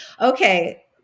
okay